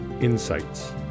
Insights